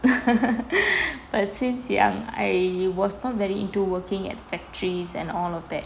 since young I was not very into working at factories and all of that